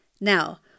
Now